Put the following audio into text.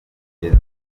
remezo